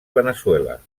veneçuela